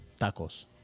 tacos